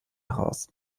heraus